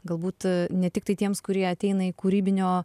galbūt ne tiktai tiems kurie ateina į kūrybinio